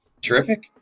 Terrific